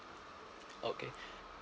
okay